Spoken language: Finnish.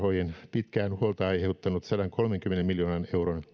pitkään huolta aiheuttanut sadankolmenkymmenen miljoonan euron